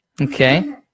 Okay